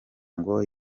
ngo